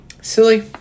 Silly